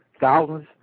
thousands